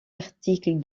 articles